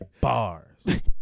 Bars